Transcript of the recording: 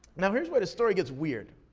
now here's where the story gets weird.